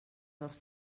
dels